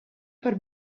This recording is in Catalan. per